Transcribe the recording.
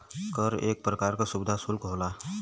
कर एक परकार का सुविधा सुल्क होला